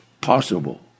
possible